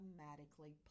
automatically